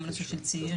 גם הנושא של צעירים,